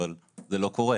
אבל זה לא קורה.